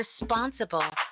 responsible